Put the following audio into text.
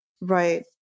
right